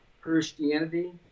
Christianity